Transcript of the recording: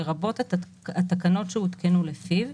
לרבות התקנות שהותקנו לפיו,